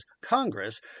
Congress